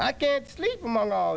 i can't sleep among all